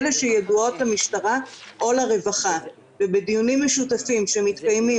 אלה שידועות למשטרה או לרווחה ובדיונים משותפים שמתקיימים,